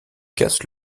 casse